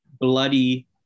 bloody